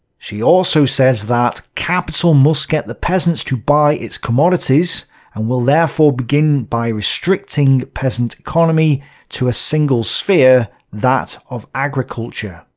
she also says that capital must get the peasants to buy its commodities and will therefore begin by restricting peasant economy to a single sphere that of agriculture.